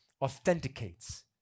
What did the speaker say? authenticates